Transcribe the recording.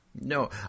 no